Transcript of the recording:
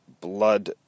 Blood